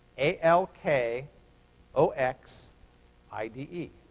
a l k o x i d e.